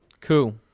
cool